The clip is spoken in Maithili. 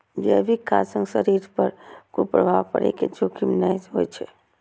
जैविक खाद्य सं शरीर पर कुप्रभाव पड़ै के जोखिम नै होइ छै